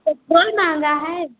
petrol महंगा है